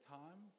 time